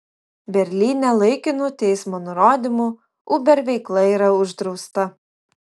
berlyne laikinu teismo nurodymu uber veikla yra uždrausta